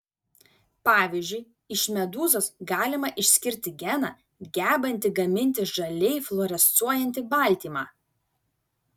pavyzdžiui iš medūzos galima išskirti geną gebantį gaminti žaliai fluorescuojantį baltymą